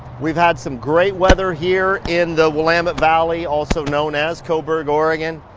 we've had some great weather here in the willamette valley, also known as coburg, oregon.